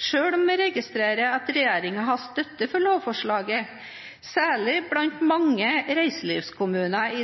selv om vi registrerer at regjeringen har støtte for lovforslaget, særlig blant mange reiselivskommuner